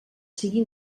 sigui